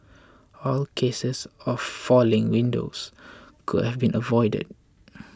all cases of falling windows could have been avoided